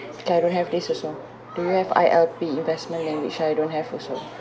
okay I don't have this also do you have I_L_P investment and which I don't have also